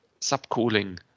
subcooling